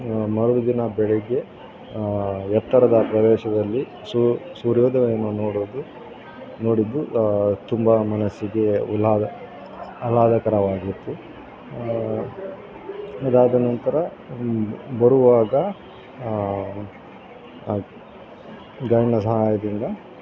ಮರುದಿನ ಬೆಳಿಗ್ಗೆ ಎತ್ತರದ ಪ್ರದೇಶದಲ್ಲಿ ಸೂರ್ಯೋದಯವನ್ನು ನೋಡೋದು ನೋಡಿದ್ದು ತುಂಬ ಮನಸ್ಸಿಗೆ ಉಲ್ಲಾಸ ಅಹ್ಲಾದಕರವಾಗಿತ್ತು ಅದಾದ ನಂತರ ಬರುವಾಗ ಗೈಡ್ನ ಸಹಾಯದಿಂದ